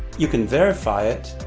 you can verify it,